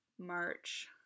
March